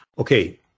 Okay